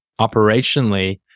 operationally